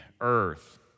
earth